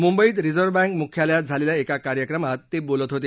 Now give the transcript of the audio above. मुंबईत reserve bank मुख्यालयात झालेल्या एका कार्यक्रमात ते बोलत होते